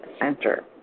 Center